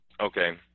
okay